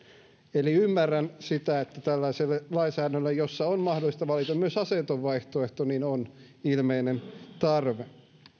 eli ymmärrän sitä että tällaiselle lainsäädännölle jossa on mahdollista valita myös aseeton vaihtoehto on ilmeinen tarve